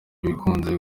bikunze